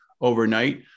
overnight